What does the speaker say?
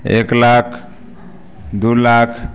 एक लाख दू लाख